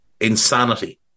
insanity